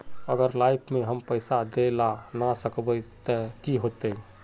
अगर लाइफ में हम पैसा दे ला ना सकबे तब की होते?